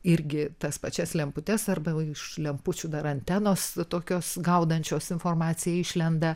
irgi tas pačias lemputes arba iš lempučių dar antenos tokios gaudančios informaciją išlenda